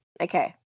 Okay